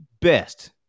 best